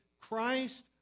Christ